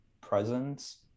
presence